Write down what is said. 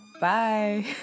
bye